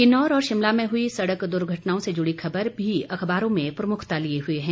किन्नौर और शिमला में हुई सड़क दुर्घटनाओं से जुड़ी खबर भी अखबारों में प्रमुखता लिए हुए है